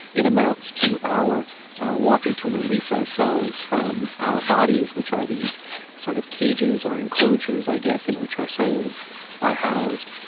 it amounts to our wanting to release ourselves from our bodies which are these sort of cages, or enclosures i guess, in which our souls are housed,